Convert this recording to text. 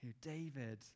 David